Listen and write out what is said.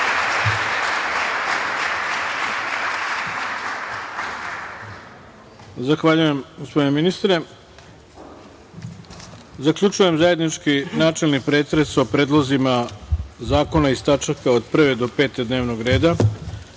Zahvaljujem gospodine ministre. Zaključujem zajednički načelni pretres o predlozima zakona iz tačaka od 1. do 5. dnevnog reda. Pošto